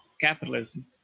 capitalism